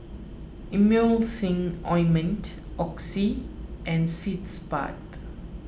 Emulsying Ointment Oxy and Sitz Bath